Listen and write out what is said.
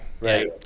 right